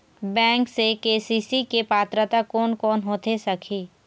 Bank से KCC के पात्रता कोन कौन होथे सकही?